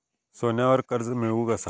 सोन्यावर कर्ज मिळवू कसा?